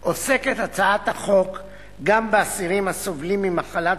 עוסקת הצעת החוק גם באסירים הסובלים ממחלת